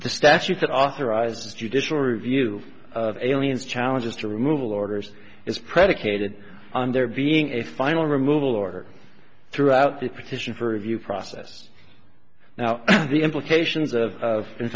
the statute that authorizes judicial review of aliens challenges to removal orders is predicated on there being a final removal order throughout the petition for review process now the implications of